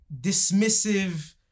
dismissive